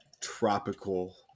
tropical